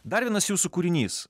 dar vienas jūsų kūrinys